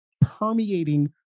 permeating